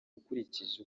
ukurikije